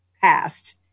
passed